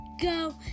Go